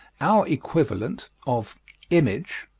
our equivalent, of image,